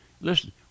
listen